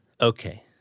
Okay